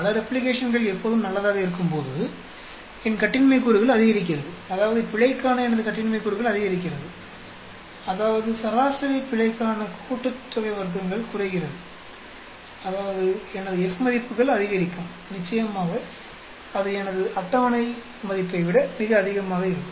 பல ரெப்ளிகேஷன்கள் எப்போதும் நல்லதாக இருக்கும்போது என் கட்டின்மை கூறுகள் அதிகரிக்கிறது அதாவது பிழைக்கான எனது கட்டின்மை கூறுகள் அதிகரிக்கிறது அதாவது சராசரி பிழைக்கான கூட்டுத்தொகை வர்க்கங்கள் குறைகிறது அதாவது எனது F மதிப்புகள் அதிகரிக்கும் நிச்சயமாக அது எனது அட்டவணை மதிப்பை விட மிக அதிகமாக இருக்கும்